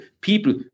people